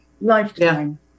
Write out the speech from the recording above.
lifetime